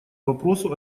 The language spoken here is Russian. вопросу